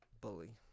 Bully